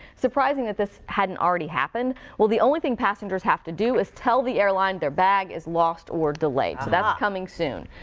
surprising that this hasn't already happened pep the only thing passengers have to do is tell the airline their bag is lost or delayed. that's coming soon.